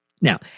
now